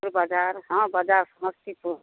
ओइ बजार हाँ बजार समस्तीपुर